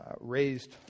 raised